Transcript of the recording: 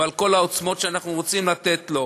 ועל כל העוצמות שאנחנו רוצים לתת לו,